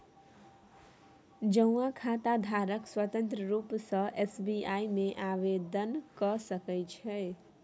जौंआँ खाताधारक स्वतंत्र रुप सँ एस.बी.आइ मे आवेदन क सकै छै